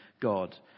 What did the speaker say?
God